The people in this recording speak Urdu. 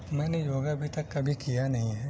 میں نے یوگا ابھی تک کبھی کیا نہیں ہے